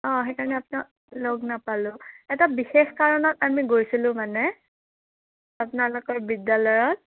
অঁ সেইকাৰণে আপোনাক লগ নাপালোঁ এটা বিশেষ কাৰণত আমি গৈছিলোঁ মানে আপোনালোকৰ বিদ্যালয়ত